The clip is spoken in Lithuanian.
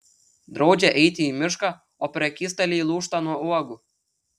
draudžia eiti į mišką o prekystaliai lūžta nuo uogų